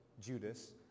Judas